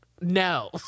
no